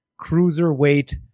cruiserweight